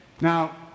Now